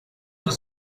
were